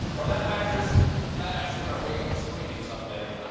or that mattress mattress is going to wake up screaming some day.